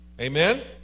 Amen